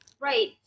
Right